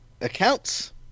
accounts